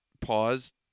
paused